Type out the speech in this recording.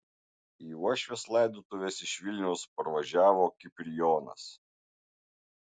į uošvės laidotuves iš vilniaus parvažiavo kiprijonas